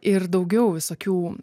ir daugiau visokių